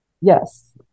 Yes